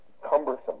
Cumbersome